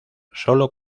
sólo